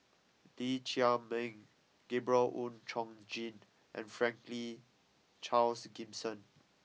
Lee Chiaw Meng Gabriel Oon Chong Jin and Franklin Charles Gimson